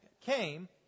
came